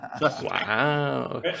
Wow